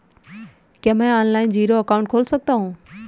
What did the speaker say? क्या मैं online zero account खोल सकता हूँ?